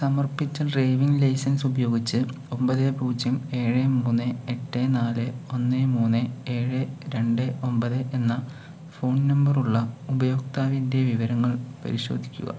സമർപ്പിച്ച driving licence ഉപയോഗിച്ച് ഒമ്പത് പൂജ്യം ഏഴ് മൂന്ന് എട്ട് നാല് ഒന്ന് മൂന്ന് ഏഴ് രണ്ട് ഒമ്പത് എന്ന ഫോൺ നമ്പറുള്ള ഉപയോക്താവിൻ്റെ വിവരങ്ങൾ പരിശോധിക്കുക